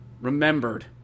remembered